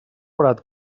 barat